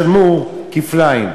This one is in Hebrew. תשלמו כפליים.